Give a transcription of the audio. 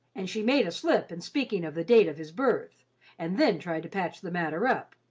and she made a slip in speaking of the date of his birth and then tried to patch the matter up.